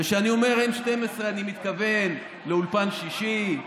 וכשאני אומר 12N אני מתכוון לאולפן שישי,